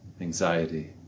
anxiety